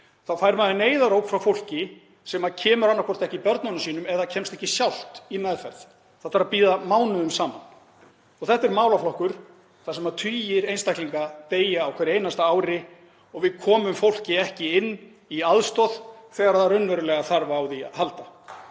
þá fær maður neyðaróp frá fólki sem kemur annaðhvort ekki börnunum sínum eða kemst ekki sjálft í meðferð. Það þarf að bíða mánuðum saman. Þetta er málaflokkur þar sem tugir einstaklinga deyja á hverju einasta ári og við komum fólki ekki inn í aðstoð þegar það þarf raunverulega á því að halda.